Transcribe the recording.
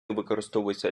використовуються